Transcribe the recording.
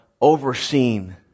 overseen